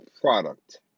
product